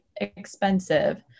expensive